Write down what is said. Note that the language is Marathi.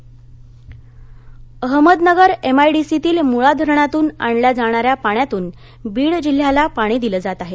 बीड पाणी अहमदनगर एमआयडीसी तील मुळा धरणातून आणल्या जाणाऱ्या पाण्यातून बीड जिल्ह्याला पाणी दिलं जात आहे